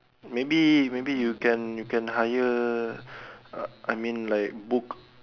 maybe maybe you can you can hire uh I mean like book